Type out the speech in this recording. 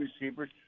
receivers